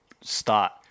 start